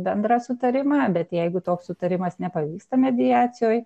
bendrą sutarimą bet jeigu toks sutarimas nepavyksta mediacijoj